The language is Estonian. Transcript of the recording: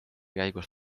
käigus